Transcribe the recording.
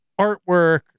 artwork